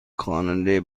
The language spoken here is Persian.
خواننده